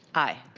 aye.